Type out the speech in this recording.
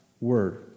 word